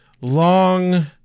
long